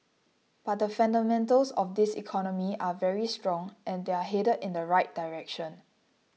but the fundamentals of this economy are very strong and they're headed in the right direction